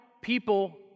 people